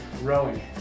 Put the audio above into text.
rowing